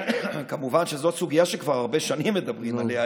כמובן שזו סוגיה שכבר הרבה שנים מדברים עליה,